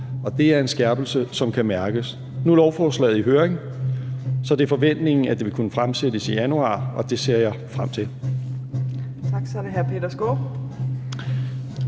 det er en skærpelse, som kan mærkes. Nu er lovforslaget i høring, så det er forventningen, at det vil kunne fremsættes i januar, og det ser jeg frem til.